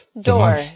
Door